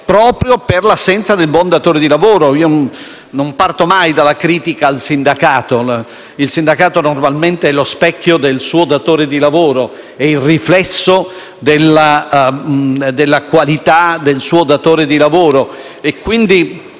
proprio per l'assenza del buon datore di lavoro. Io non parto mai dalla critica al sindacato: esso è normalmente lo specchio del suo datore di lavoro; è il riflesso della qualità del suo datore di lavoro.